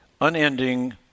unending